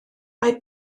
mae